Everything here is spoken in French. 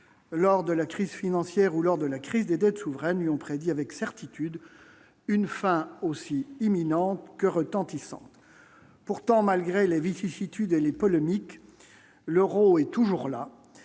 lors de la crise financière ou lors de la crise des dettes souveraines lui ont prédit avec certitude une fin aussi imminente que retentissante pourtant malgré les vicissitudes, les polémiques, l'Euro est toujours là